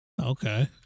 Okay